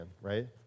right